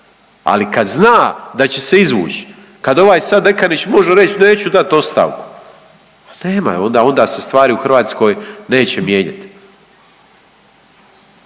ali kad zna da će se izvući kad ovaj sad Dekanić može reći neću dati ostavku, nema onda, onda se stvari u Hrvatskoj neće mijenjati.